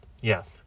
Yes